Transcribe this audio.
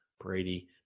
Brady